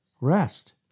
rest